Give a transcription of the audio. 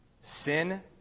Sin